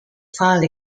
file